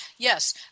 Yes